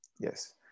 yes